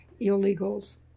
illegals